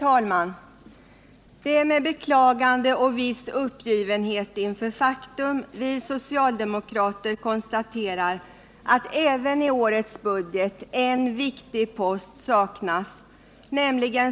I fråga om detta betänkande hålles gemensam överläggning för samtliga punkter. Under den gemensamma överläggningen får yrkanden framställas beträffande samtliga punkter i betänkandet. I det följande redovisas endast de punkter, vid vilka under överläggningen framställts särskilda yrkanden.